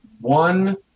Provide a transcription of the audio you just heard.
one